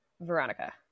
Veronica